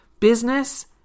Business